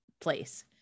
place